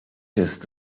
jest